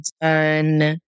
done